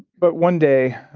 but one day,